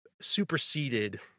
superseded